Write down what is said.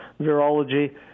virology